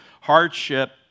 hardship